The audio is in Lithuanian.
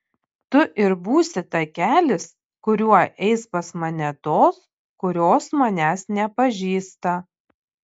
tu ir būsi takelis kuriuo eis pas mane tos kurios manęs nepažįsta